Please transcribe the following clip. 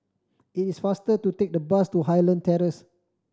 it is faster to take the bus to Highland Terrace